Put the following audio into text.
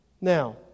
Now